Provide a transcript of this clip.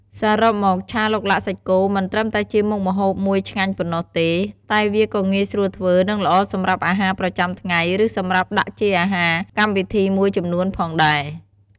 សរុបមក ឆាឡុកឡាក់សាច់គោមិនត្រឹមតែជាមុខម្ហូបមួយឆ្ងាញ់ប៉ុណ្ណោះទេ តែវាក៏ងាយស្រួលធ្វើ និងល្អសម្រាប់អាហារប្រចាំថ្ងៃ ឬសម្រាប់ដាក់ជាអាហារកម្មវិធីមួយចំនួនផងដែរ។